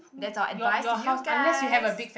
that's all advise you guys